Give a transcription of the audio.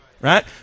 Right